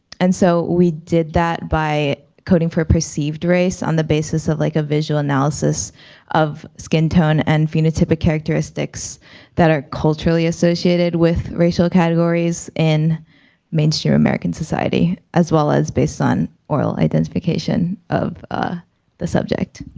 and so we did that by coding for perceived race on the basis of like a visual analysis of skin tone and phenotypic characteristics that are culturally associated with racial categories in mainstream american society, as well as based on oral identification of the subject.